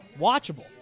watchable